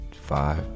five